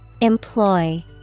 Employ